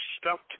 stuffed